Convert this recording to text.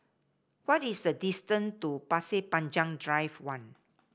what is the distance to Pasir Panjang Drive One